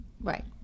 Right